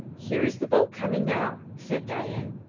here is the boat coming now, said dain,